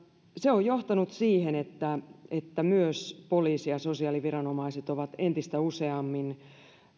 se on johtanut siihen että että myös poliisi ja sosiaaliviranomaiset ovat entistä useammin